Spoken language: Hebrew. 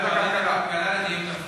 ועדת הכלכלה לדיון דחוף.